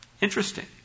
Interesting